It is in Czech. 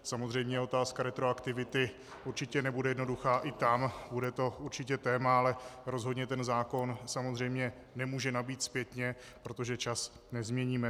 Samozřejmě otázka retroaktivity určitě nebude jednoduchá i tam, bude to určitě téma, ale rozhodně ten zákon nemůže nabýt zpětně, protože čas nezměníme.